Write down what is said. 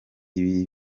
ibi